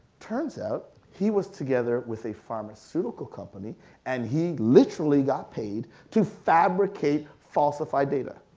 turns out, he was together with a pharmaceutical company and he literally got paid to fabricate falsify data.